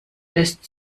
lässt